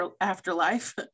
afterlife